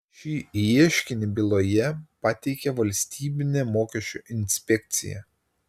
šį ieškinį byloje pateikė valstybinė mokesčių inspekcija